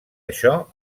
això